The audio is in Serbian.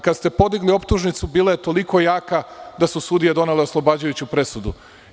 Kada ste podigli optužnicu, bila je toliko jaka da su sudije donele oslobađajuću presudu.